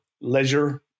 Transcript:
leisure